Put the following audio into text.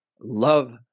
love